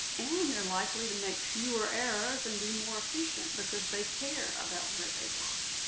and they're likely to make fewer errors and be more efficient, because they care about where they work.